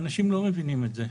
האנשים לא מבינים את זה.